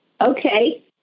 Okay